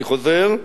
אני חוזר: